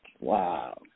Wow